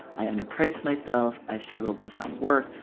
i underpriced myself. i struggled to find work.